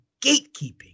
gatekeeping